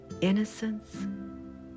innocence